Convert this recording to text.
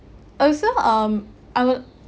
also um I would